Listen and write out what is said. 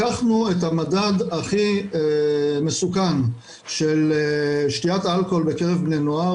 לקחנו את המדד הכי מסוכן של שתיית אלכוהול בקרב בני נוער,